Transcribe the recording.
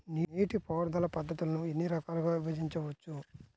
నీటిపారుదల పద్ధతులను ఎన్ని రకాలుగా విభజించవచ్చు?